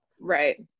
right